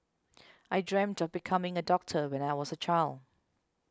I dreamt of becoming a doctor when I was a child